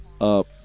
up